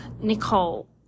Nicole